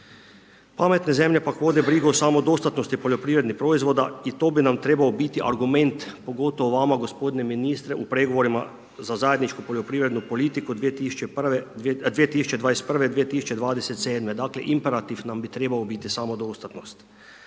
Pametne zemlje, pak, vode samo brigu o samo dostatnosti poljoprivrednih proizvoda i to bi nam trebao biti argument, pogotovo vama gospodine ministre u pregovorima za zajedničku poljoprivrednu politiku 2021.-ve, 2027.-me, dakle, imperativ nam bi trebao biti samo dostatnost.